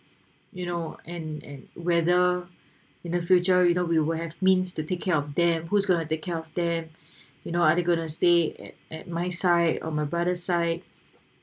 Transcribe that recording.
you know and and whether in the future you know we will have means to take care of them who's gonna take care of them you know are they gonna stay at at my side or my brother side